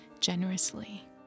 generously